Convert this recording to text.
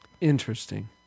Interesting